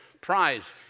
prize